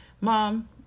Mom